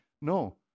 No